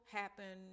happen